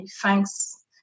thanks